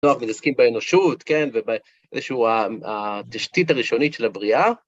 נוח מתעסקים באנושות, כן, ובאיזשהו התשתית הראשונית של הבריאה.